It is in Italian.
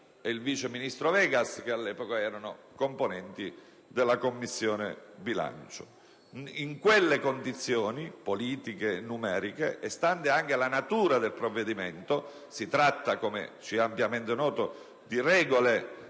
ed il vice ministro Vegas, all'epoca componenti della Commissione bilancio. In quelle condizioni, politiche e numeriche, e stante anche la natura del provvedimento - si tratta, come ci è ampiamente noto, di regole